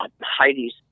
Heidi's